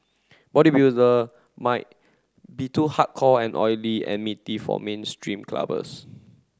bodybuilder might be too hardcore and oily and meaty for mainstream clubbers